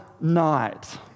night